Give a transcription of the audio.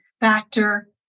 factor